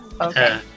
Okay